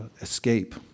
escape